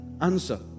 Answer